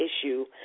issue